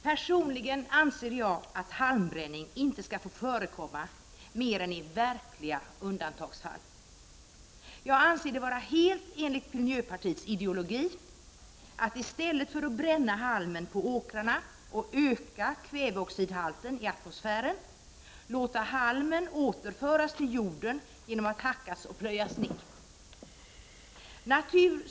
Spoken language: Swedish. Herr talman! Jag anser personligen att halmbränning inte skall få förekomma mer än i undantagsfall. Jag anser det vara helt enligt miljöpartiets ideologi att låta halmen återföras till jorden genom att hackas och plöjas ner istället för att bränna halmen på åkrarna och öka kväveoxidhalten i atmosfären.